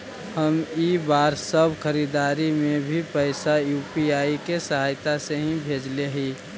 हम इ बार सब खरीदारी में भी पैसा यू.पी.आई के सहायता से ही भेजले हिय